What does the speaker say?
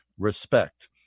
Respect